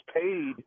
paid